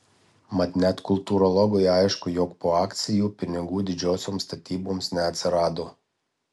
mat net kultūrologui aišku jog po akcijų pinigų didžiosioms statyboms neatsirado